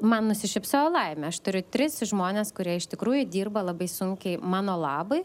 man nusišypsojo laimė aš turiu tris žmones kurie iš tikrųjų dirba labai sunkiai mano labui